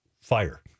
fire